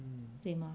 对吗